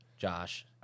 Josh